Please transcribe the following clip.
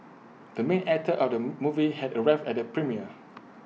the main actor of the movie had arrived at the premiere